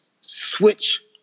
switch